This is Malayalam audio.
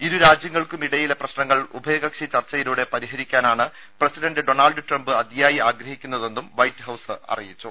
ഇരുരാ ജ്യങ്ങൾക്കുമിടയിലെ പ്രശ്നങ്ങൾ ഉഭയകക്ഷി ചർച്ചയിലൂടെ പരി ഹരിക്കാനാണ് പ്രസിഡണ്ട് ഡൊണാൾഡ് ട്രംപ് അതിയായി ആഗ്ര ഹിക്കുന്നതെന്നും വൈറ്റ് ഹൌസ് അറിയിച്ചു